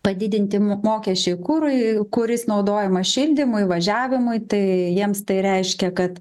padidinti mo mokesčiai kurui kuris naudojamas šildymui važiavimui tai jiems tai reiškia kad